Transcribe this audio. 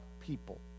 people